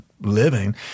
living